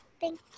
Thank